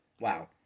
wow